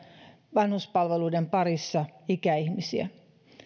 vanhuspalveluiden parissa hoitamassa ikäihmisiä